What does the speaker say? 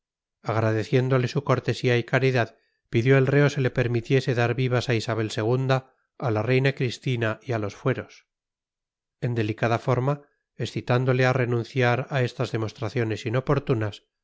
agradeciéndole su cortesía y caridad pidió el reo se le permitiese dar vivas a isabel ii a la reina cristina y a los fueros en delicada forma excitándole a renunciar a estas demostraciones